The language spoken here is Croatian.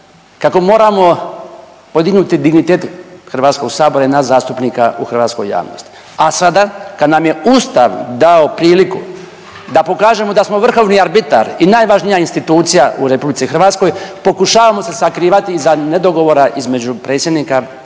kako moramo podignuti dignitet Hrvatskog sabora i nas zastupnika u hrvatskoj javnosti. A sada kada nam je Ustav dao priliku da pokažemo da smo vrhovni arbitar i najvažnija institucija u RH, pokušavamo se sakrivati iza nedogovora između predsjednika RH